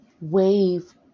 wave